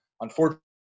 unfortunately